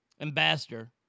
ambassador